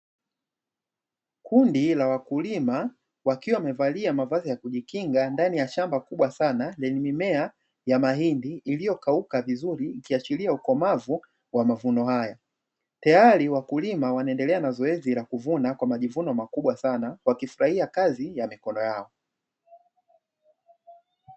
Kundi la wakulima wakiwa wamevalia mavazi ya kujikinga ndani ya shamba kubwa sana, lenye mimea ya mahindi iliyokauka vizuri, ikiashiria ukomavu wa mavuno hayo. Tayari wakulima wanaendelea na zoezi la kuvuna kwa majivuno makubwa sana, wakifurahia kazi ya mikono yao.